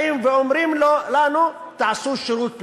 באים ואומרים לנו: תעשו שירות לאומי.